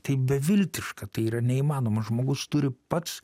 tai beviltiška tai yra neįmanoma žmogus turi pats